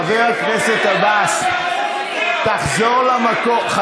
חבר הכנסת עבאס, תחזור למקום.